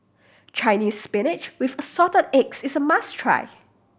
Chinese Spinach with Assorted Eggs is must try